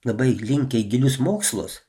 labai linkę į gilius mokslus